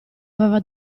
aveva